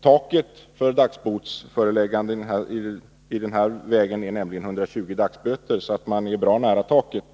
Taket för dagbotsförelägganden i detta avseende är nämligen 120 dagsböter. Man är alltså bra nära taket.